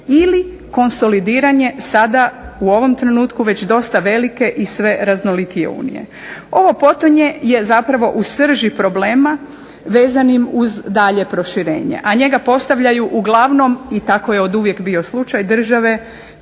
ili konsolidiranje sada u ovom trenutku već dosta velike i sve raznolikije Unije. Ovo potonje je zapravo u srži problema vezanim uz daljnje proširenje, a njega postavljaju uglavnom i tako je oduvijek bio slučaj, države